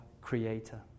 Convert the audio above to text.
Creator